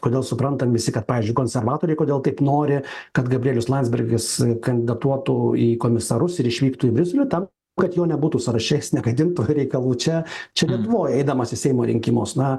kodėl suprantam visi kad pavyzdžiui konservatoriai kodėl kaip nori kad gabrielius landsbergis kandidatuotų į komisarus ir išvyktų į briusely tam kad jo nebūtų sąraše jis negadintų reikalų čia čia lietuvoj eidamas į seimo rinkimus na